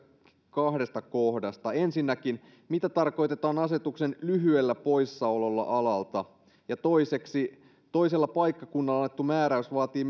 kahdesta kohdasta ensinnäkin mitä tarkoitetaan asetuksen lyhyellä poissaololla alalta toiseksi toisella paikkakunnalla annettu määräys vaatii